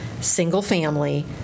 single-family